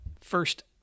first